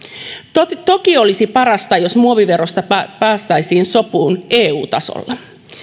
toki toki olisi parasta jos muoviverosta päästäisiin sopuun eu tasolla